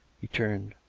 he turned.